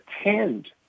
attend